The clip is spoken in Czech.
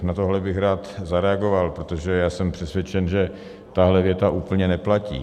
Na tohle bych rád zareagoval, protože já jsem přesvědčen, že tahle věta úplně neplatí.